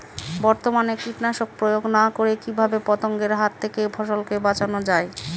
বর্তমানে কীটনাশক প্রয়োগ না করে কিভাবে পতঙ্গদের হাত থেকে ফসলকে বাঁচানো যায়?